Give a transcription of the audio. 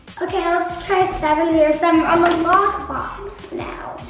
okay, let's try seven zero seven on the lockbox now.